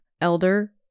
elder